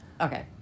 Okay